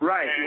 Right